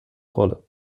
rolle